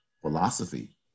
philosophy